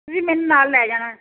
ਤੁਸੀਂ ਮੈਨੂੰ ਨਾਲ ਲੈ ਜਾਣਾ